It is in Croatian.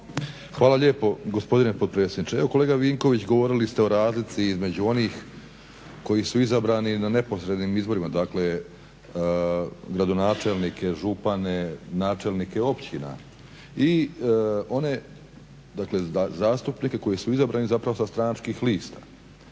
Hvala lijepo gospodine potpredsjedniče. Evo kolega Vinković govorili ste o razlici između onih koji su izabrani na neposrednim izborima, dakle gradonačelnike, župane, načelnike općina i one, dakle zastupnike koji su izabrani zapravo sa stranačkih lista.